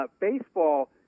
Baseball